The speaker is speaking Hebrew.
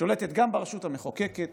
שולטת גם ברשות המחוקקת